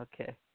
Okay